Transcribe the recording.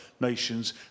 nations